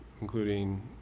including